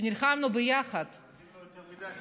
שנלחמנו ביחד, מודים לו יותר מדי.